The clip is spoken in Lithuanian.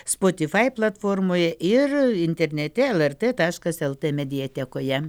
spotify platformoje ir internete lrt taškas lt mediatekoje